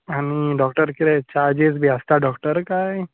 आनी डॉक्टर कितें चार्जीस बी आसता डॉक्टर काय